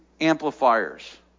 amplifiers